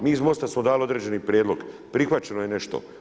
Mi iz MOST-a smo dali određeni prijedlog, prihvaćeno je nešto.